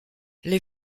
les